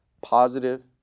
Positive